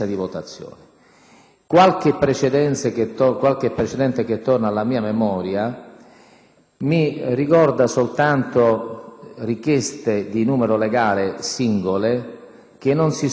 riguarda soltanto richieste di numero legale singole, che non si sono mai protratte nella loro entità in modo tale da impedire poi lo svolgimento della seduta.